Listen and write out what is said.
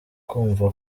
kumva